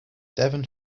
devon